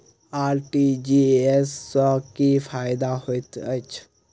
RTGS सँ की फायदा होइत अछि?